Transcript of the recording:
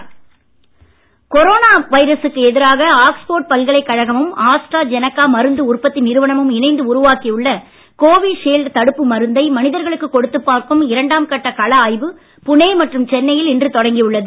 தடுப்பு மருந்து கொரோனா வைரசுக்கு எதிராக ஆக்ஸ்போர்ட் பல்கலைக் கழகமும் ஆஸ்ட்ராஜெனக்கா மருந்து உற்பத்தி நிறுவனமும் இணைந்து உருவாக்கி உள்ள கோவிஷீல்ட் தடுப்பு மருந்தை மனிதர்களுக்கு கொடுத்து பார்க்கும் இரண்டாம் கட்ட கள ஆய்வு புனே மற்றும் சென்னையில் இன்று தொடங்கி உள்ளது